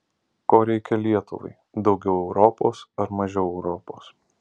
ko reikia lietuvai daugiau europos ar mažiau europos